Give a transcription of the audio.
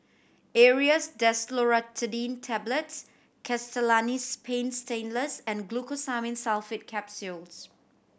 Aerius DesloratadineTablets Castellani's Paint Stainless and Glucosamine Sulfate Capsules